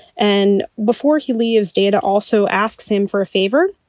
and before he leaves, data also asks him for a favor,